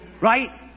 Right